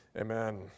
amen